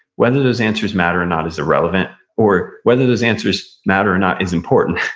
whether those answers matter or not is irrelevant. or, whether those answers matter or not is important.